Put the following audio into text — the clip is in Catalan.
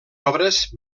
obres